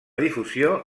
difusió